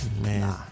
Man